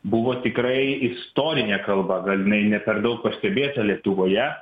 buvo tikrai istorinė kalba gal jinai ne per daug pastebėta lietuvoje